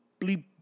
bleep